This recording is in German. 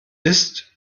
ist